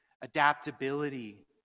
adaptability